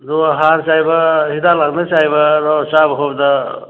ꯑꯗꯨꯒ ꯍꯥꯔ ꯆꯥꯏꯕ ꯍꯤꯗꯥꯛ ꯂꯥꯡꯊꯛ ꯆꯥꯏꯕ ꯑꯗꯨꯒ ꯆꯥꯕ ꯈꯣꯠꯄꯗ